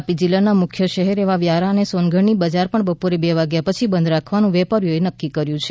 તાપી જિલ્લાના મુખ્ય શહેર એવા વ્યારા અને સોનગઢની બજાર પણ બપોરે બે વાગ્યા પછી બંધ રાખવાનું વેપારીઓએ નક્કી કર્યું છે